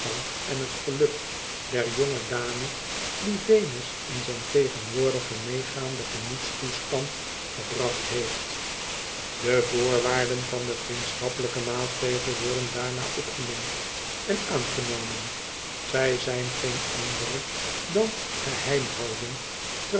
en het geluk der jonge dame die venus in zijn tegenwoordigen meegaanden gemoedstoestand gebracht heeft de voorwaarden van den vriendschappelijken maatregel worden daarna opgenoemd en aangenomen zij zijn geen andere dan geheimhouding